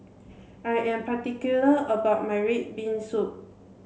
I am particular about my red bean soup